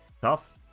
Tough